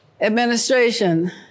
administration